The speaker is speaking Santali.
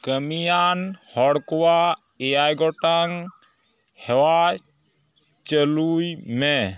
ᱠᱟᱹᱢᱤᱭᱟᱱ ᱦᱚᱲ ᱠᱚᱣᱟᱜ ᱮᱭᱟᱭ ᱜᱚᱴᱟᱝ ᱦᱮᱣᱟ ᱪᱟᱹᱞᱩᱭ ᱢᱮ